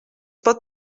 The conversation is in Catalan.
pot